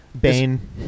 Bane